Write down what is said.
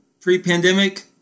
pre-pandemic